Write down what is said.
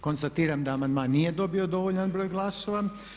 Konstatiram da amandman nije dobio dovoljan broj glasova.